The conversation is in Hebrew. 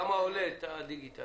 כמה עולה הדיגיטלי?